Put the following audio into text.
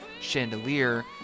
Chandelier